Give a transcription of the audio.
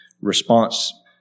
response